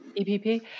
EPP